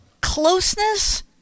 closeness